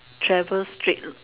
travels straight